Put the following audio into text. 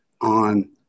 on